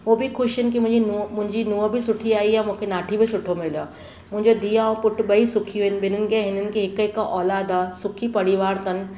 उहे बि ख़ुशि आहिनि कि मुंहिजी नुंहुं मुंहिंजी नुंहं बि सुठी आई आहे मूंखे नाठी बि सुठो मिलियो आहे मुंहिंजी धीउ ऐं पुटु ॿई सुखी आहिनि ॿिन्हिनि खे हिननि खे हिकु हिकु ओलाद आहे सुखी परिवार अथनि